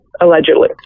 allegedly